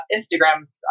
Instagram's